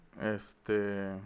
Este